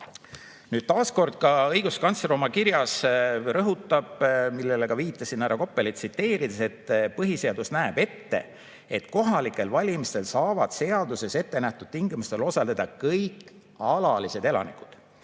Taas kord, õiguskantsler oma kirjas rõhutab seda, millele viitasin ka härra Koppelit tsiteerides, et põhiseadus näeb ette, et kohalikel valimistel saavad seaduses ettenähtud tingimustel osaleda kõik alalised elanikud.